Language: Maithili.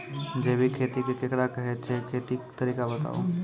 जैबिक खेती केकरा कहैत छै, खेतीक तरीका बताऊ?